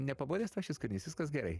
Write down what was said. nepabodęs tau šis kūrinys viskas gerai